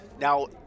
Now